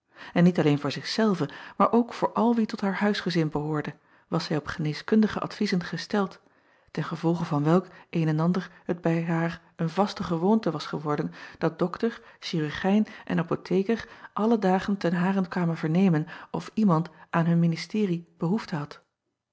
n niet alleen voor zich zelve maar ook voor al wie tot haar huisgezin behoorde was zij op geneeskundige adviezen gesteld ten gevolge van welk een en ander het bij haar een vaste gewoonte was geworden dat doctor chirurgijn en apothecar alle dagen ten harent kwamen vernemen of iemand aan hun ministerie behoefte had